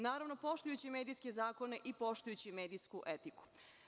Naravno, poštujući medijske zakone i poštujući medijsku etiku.